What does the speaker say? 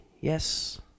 Yes